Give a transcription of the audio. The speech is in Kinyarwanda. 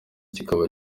kikaba